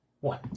One